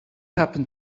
happen